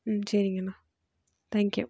ம் சரிங்கண்ணா thank you